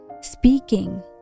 speaking